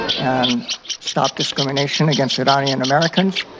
and stop discrimination against iranian americans.